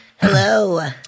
Hello